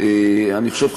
אני חושב,